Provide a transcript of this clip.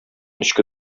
эчке